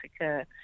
Africa